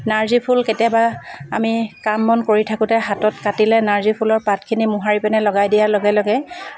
নাৰ্জী ফুল কেতিয়াবা আমি কাম বন কৰি থাকোঁতে হাতত কাটিলে নাৰ্জী ফুলৰ পাতখিনি মোহাৰি পিনে লগাই দিয়া লগে লগে